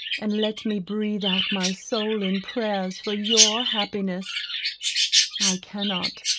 and let me breath out my soul in prayers for your happiness i cannot,